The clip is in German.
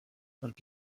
und